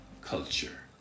culture